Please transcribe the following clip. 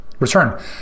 Return